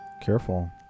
Careful